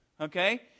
okay